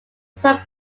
also